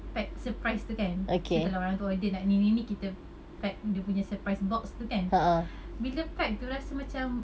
pack surprise tu kan so kalau orang tu order nak ni ni ni kita pack dia punya surprise box tu kan bila pack tu rasa macam